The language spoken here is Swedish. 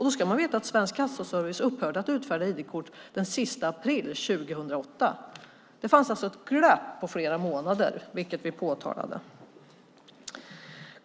Då ska man veta att Svensk Kassaservice upphörde att utfärda ID-kort den 30 april 2008. Det fanns alltså ett glapp på flera månader, vilket vi påtalade.